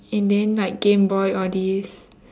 and then like gameboy all these